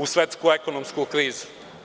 u svetsku ekonomsku krizu.